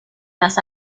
las